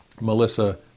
Melissa